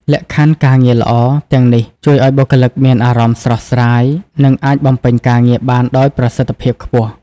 លក្ខខណ្ឌការងារល្អទាំងនេះជួយឲ្យបុគ្គលិកមានអារម្មណ៍ស្រស់ស្រាយ និងអាចបំពេញការងារបានដោយប្រសិទ្ធភាពខ្ពស់។